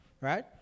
right